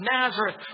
Nazareth